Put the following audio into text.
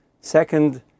Second